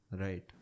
Right